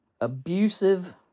abusive